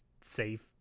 safe